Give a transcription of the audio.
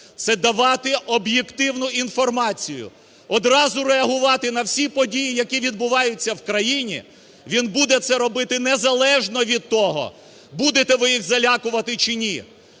це давати об'єктивну інформацію, одразу реагувати на всі події, які відбуваються в країні, він буде це робити незалежно від того, будете ви їх залякувати чи ні.